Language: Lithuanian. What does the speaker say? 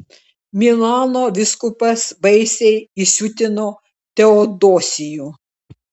milano vyskupas baisiai įsiutino teodosijų